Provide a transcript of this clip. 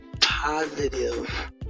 positive